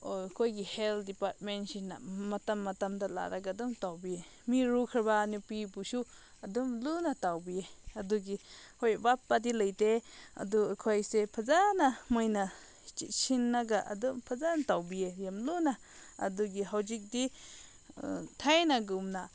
ꯑꯩꯈꯣꯏꯒꯤ ꯍꯦꯜꯠ ꯗꯤꯄꯥꯔꯠꯃꯦꯟꯁꯤꯅ ꯃꯇꯝ ꯃꯇꯝꯗ ꯂꯥꯛꯂꯒ ꯑꯗꯨꯝ ꯇꯧꯕꯤ ꯃꯤꯔꯣꯟꯈ꯭ꯔꯕ ꯅꯨꯄꯤꯕꯨꯁꯨ ꯑꯗꯨꯝ ꯂꯨꯅ ꯇꯧꯕꯤ ꯑꯗꯨꯒꯤ ꯍꯣꯏ ꯋꯥꯠꯄꯗꯤ ꯂꯩꯇꯦ ꯑꯗꯨ ꯑꯩꯈꯣꯏꯁꯦ ꯐꯖꯅ ꯃꯣꯏꯅ ꯆꯦꯛꯁꯤꯟꯅꯒ ꯑꯗꯨꯝ ꯐꯖꯅ ꯇꯧꯕꯤ ꯌꯥꯝ ꯂꯨꯅ ꯑꯗꯨꯒꯤ ꯍꯧꯖꯤꯛꯇꯤ ꯊꯥꯏꯅꯒꯨꯝꯅ